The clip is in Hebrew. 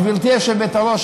גברתי היושבת-ראש,